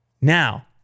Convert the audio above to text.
Now